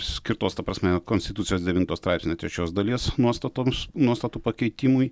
skirtos ta prasme konstitucijos devynto straipsnio trečios dalies nuostatoms nuostatų pakeitimui